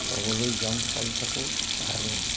চাবলৈ যাওঁ চাই থাকোঁ আৰু